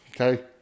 Okay